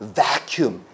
vacuum